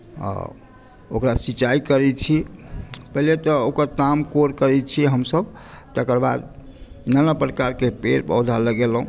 आओर ओकरा सिंचाई करैत छी पहिले तऽ ओकर ताम कोर करैत छी हमसभ तकर बाद नाना प्रकारके पेड़ पौधा लगेलहुँ